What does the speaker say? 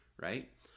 right